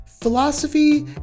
philosophy